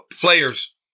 players